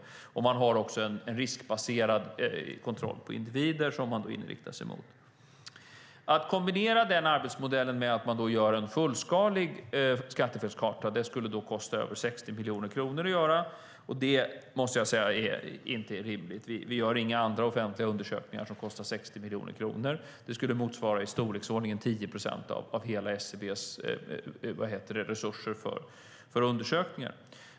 Man har också en riskbaserad kontroll på individer som man riktar sig mot. Att kombinera den arbetsmodellen med att man gör en fullskalig skattefelskarta skulle kosta över 60 miljoner kronor. Det är inte rimligt. Vi gör inga andra offentliga undersökningar som kostar 60 miljoner kronor. Det skulle motsvara i storleksordningen 10 procent av hela SCB:s resurser för undersökningar.